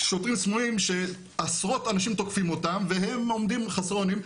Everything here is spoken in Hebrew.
שוטרים סמוים שעשרות אנשים תוקפים אותם והם עומדים חסרי אונים.